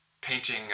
painting